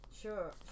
Sure